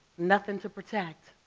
nothing to protect.